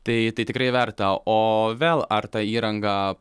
tai tai tikrai verta o vėl ar ta įranga